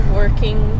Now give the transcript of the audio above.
working